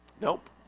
Nope